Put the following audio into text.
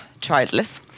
Childless